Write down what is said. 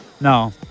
No